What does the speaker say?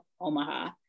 Omaha